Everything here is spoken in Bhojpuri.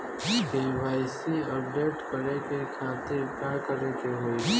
के.वाइ.सी अपडेट करे के खातिर का करे के होई?